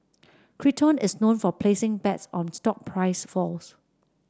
Citron is known for placing bets on stock price falls